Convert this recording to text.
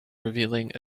revealing